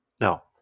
no